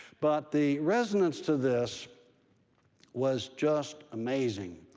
but the resonance to this was just amazing.